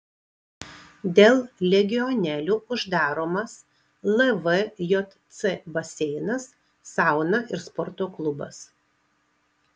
dėl legionelių uždaromas lvjc baseinas sauna ir sporto klubas